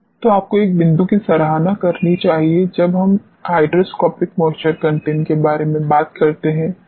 तो आपको एक बिंदु की सराहना करनी चाहिए जब हम हाइड्रोस्कोपिक मॉइस्चर कंटेंट के बारे में बात करते हैं